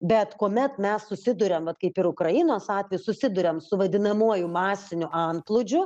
bet kuomet mes susiduriam vat kaip ir ukrainos atveju susiduriam su vadinamuoju masiniu antplūdžiu